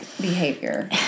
behavior